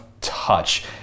touch